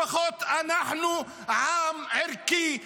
לפחות אנחנו עם ערכי,